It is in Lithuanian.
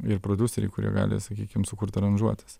ir prodiuseriai kurie gali sakykim sukurt aranžuotes